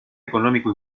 económico